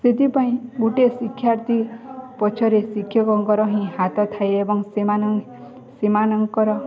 ସେଥିପାଇଁ ଗୋଟେ ଶିକ୍ଷାର୍ଥୀ ପଛରେ ଶିକ୍ଷକଙ୍କର ହିଁ ହାତ ଥାଏ ଏବଂ ସେମାନ ସେମାନଙ୍କର